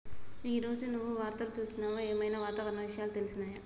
ఈ రోజు నువ్వు వార్తలు చూసినవా? ఏం ఐనా వాతావరణ విషయాలు తెలిసినయా?